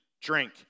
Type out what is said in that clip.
drink